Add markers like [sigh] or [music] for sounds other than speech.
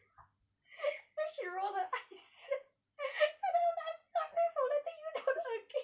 then she rolled her eyes [laughs] and then I'm like I'm sorry for letting you down again